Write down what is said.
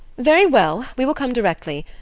very well. we will come directly.